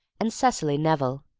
and cecily neville,